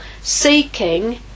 seeking